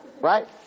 Right